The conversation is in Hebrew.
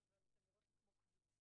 אבל אתן נראות לי כמו קבוצה,